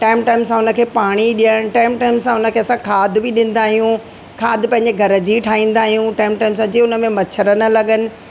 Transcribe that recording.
time time सां हुनखे पाणी ॾियण टाइम टाइम सां हुनखे असां खाद्य बि ॾींदा आयूं खाद्य पंहिंजे घर जी ई ठाहींदा आहियूं टाइम टाइम सां जे हुन में मच्छर न लॻनि